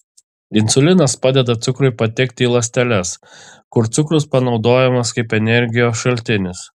insulinas padeda cukrui patekti į ląsteles kur cukrus panaudojamas kaip energijos šaltinis